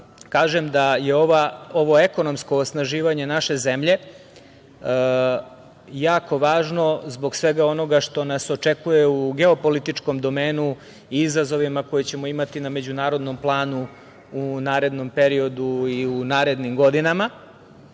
kažem da je ovo ekonomsko osnaživanje naše zemlje jako važno zbog svega onoga što nas očekuje u geo-političkom domenu i izazovima koje ćemo imati na međunarodnom planu u narednom periodu i u narednim godinama. Ne